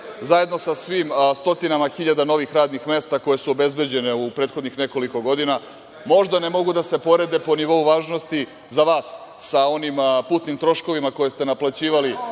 zajedno sa svim stotinama hiljada novih radnih mesta koja su obezbeđenja u prethodnih nekoliko godina. Možda ne mogu da se porede po nivou važnosti za vas, sa onim putnim troškovima koje ste naplaćivali